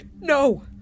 No